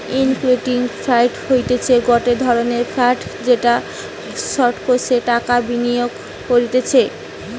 equity fund হতিছে গটে ধরণের ফান্ড যেটা স্টকসে টাকা বিনিয়োগ করতিছে